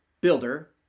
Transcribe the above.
builder